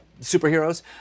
superheroes